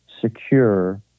secure